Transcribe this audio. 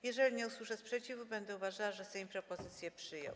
Jeżeli nie usłyszę sprzeciwu, będę uważała, że Sejm propozycję przyjął.